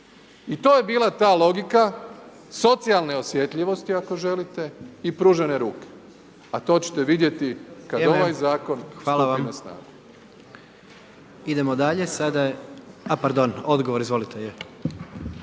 I to je bila ta logika socijalne osjetljivosti ako želite i pružene ruke. A to ćete vidjeti kad ovaj Zakon stupi na snagu.